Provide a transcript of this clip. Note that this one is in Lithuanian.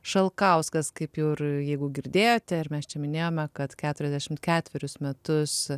šalkauskas kaip jau ir jeigu girdėjote ar mes čia minėjome kad keturiasdešimt ketverius metus